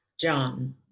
john